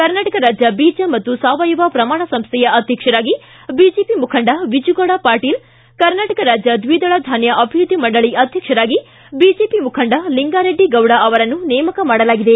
ಕರ್ನಾಟಕ ರಾಜ್ಯ ಬೀಜ ಮತ್ತು ಸಾವಯವ ಪ್ರಮಾಣ ಸಂಸೈಯ ಅಧ್ಯಕ್ಷರಾಗಿ ಬಿಜೆಪಿ ಮುಖಂಡ ವಿಜುಗೌಡ ಪಾಟೀಲ್ ಕರ್ನಾಟಕ ರಾಜ್ಯ ದ್ವಿದಳಧಾನ್ಯ ಅಭಿವೃದ್ಧಿ ಮಂಡಳಿ ಅಧ್ಯಕ್ಷರನ್ನಾಗಿ ಬಿಜೆಪಿ ಮುಖಂಡ ಲಿಂಗಾರೆಡ್ಡಿ ಗೌಡ ಅವರನ್ನು ನೇಮಕ ಮಾಡಲಾಗಿದೆ